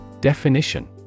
Definition